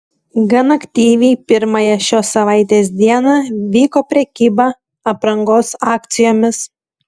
gan aktyviai pirmąją šios savaitės dieną vyko prekyba aprangos akcijomis